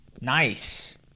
Nice